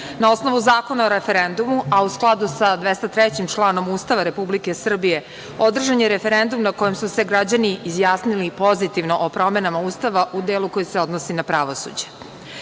Na osnovu Zakona o referendumu, a u skladu sa članom 203. Ustava Republike Srbije održan je referendum na kojem su se građani izjasnili pozitivno o promena Ustava u delu koji se odnosi na pravosuđe.Međutim,